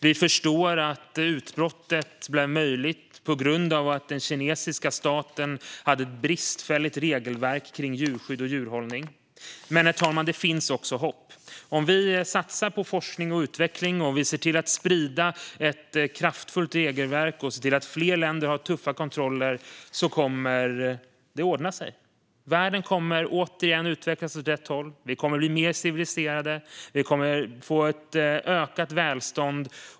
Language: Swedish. Vi förstår att utbrottet blev möjligt på grund av att den kinesiska staten hade ett bristfälligt regelverk för djurskydd och djurhållning. Men det finns hopp. Om vi satsar på forskning och utveckling och ser till att sprida ett kraftfullt regelverk så att fler länder har tuffa kontroller kommer det att ordna sig. Världen kommer återigen att utvecklas åt rätt håll. Vi kommer att bli mer civiliserade. Vi kommer att få ett ökat välstånd.